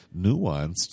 nuanced